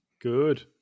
Good